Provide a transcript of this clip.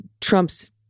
Trump's